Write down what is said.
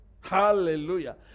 Hallelujah